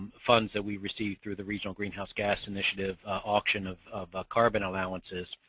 funds that we receive through the regional greenhouse gas initiative auction of of ah carbon allowances.